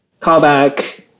callback